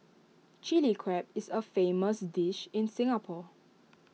Chilli Crab is A famous dish in Singapore